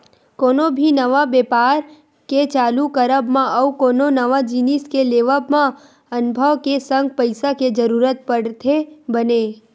कोनो भी नवा बेपार के चालू करब मा अउ कोनो नवा जिनिस के लेवब म अनभव के संग पइसा के जरुरत पड़थे बने